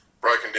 broken